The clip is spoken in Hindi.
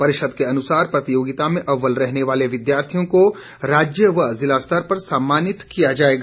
परिषद के अनुसार प्रतियोगिता में अव्वल रहने वाले विद्यार्थियों को राज्य व ज़िला स्तर पर सम्मानित किया जाएगा